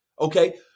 okay